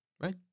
right